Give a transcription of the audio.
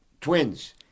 twins